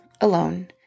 alone